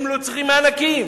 הן לא צריכות מענקים.